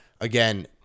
Again